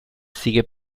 sigue